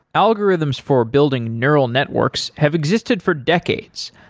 algorithms for building neural networks have existed for decades,